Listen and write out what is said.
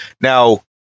now